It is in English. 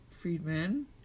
Friedman